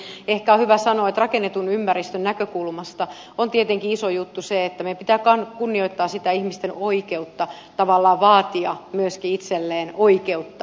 mutta omalta puoleltani ehkä on hyvä sanoa että rakennetun ympäristön näkökulmasta on tietenkin iso juttu se että meidän pitää kunnioittaa sitä ihmisten oikeutta tavallaan vaatia myöskin itselleen oikeutta